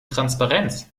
transparenz